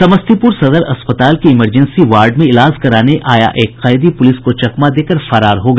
समस्तीपुर सदर अस्पताल के इमरजेंसी वार्ड में इलाज कराने आया एक कैदी प्रलिस को चकमा देकर फरार हो गया